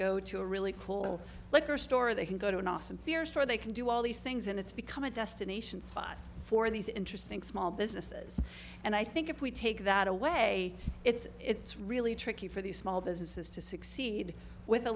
go to a really cool liquor store they can go to an awesome piers store they can do all these things and it's become a destination spot for these interesting small businesses and i think if we take that away it's it's really tricky for these small businesses to succeed with a